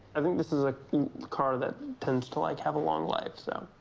i think this is a car that tends to like have a long life, so.